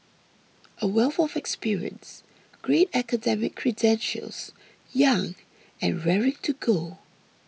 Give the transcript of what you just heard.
a wealth of experience great academic credentials young and raring to go